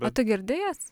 o tu girdi jas